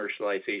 commercialization